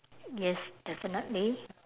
yes definitely